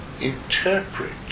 interpret